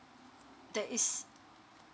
that is